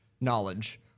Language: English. knowledge